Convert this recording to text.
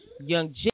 Young